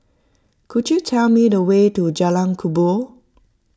could you tell me the way to Jalan Kubor